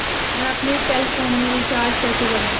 मैं अपने cell phone में रिचार्ज कैसे करूँ?